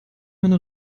meine